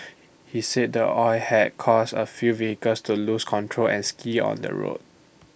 he said the oil had caused A few vehicles to lose control and skid on the road